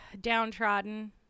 downtrodden